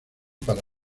para